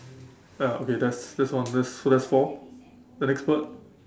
ya okay that's that's one that's so that's four the next bird